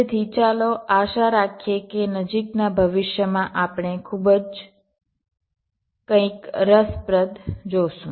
તેથી ચાલો આશા રાખીએ કે નજીકના ભવિષ્યમાં આપણે કંઈક ખૂબ જ રસપ્રદ જોશું